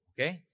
Okay